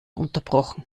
unterbrochen